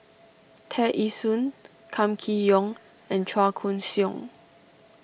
Tear Ee Soon Kam Kee Yong and Chua Koon Siong